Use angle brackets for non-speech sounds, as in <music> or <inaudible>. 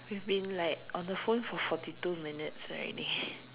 we've been like on the phone for forty two minutes already <breath>